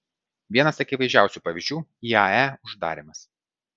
vienas akivaizdžiausių pavyzdžių iae uždarymas